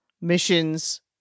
missions